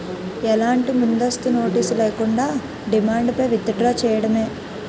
ఎలాంటి ముందస్తు నోటీస్ లేకుండా, డిమాండ్ పై విత్ డ్రా చేయడమే